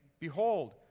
Behold